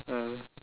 ah